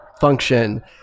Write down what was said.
function